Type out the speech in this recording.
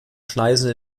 schneisen